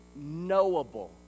knowable